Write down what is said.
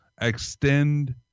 extend